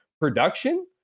production